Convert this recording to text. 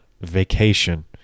vacation